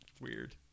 weird